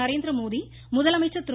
நரேந்திரமோடி முதலமைச்சர் திரு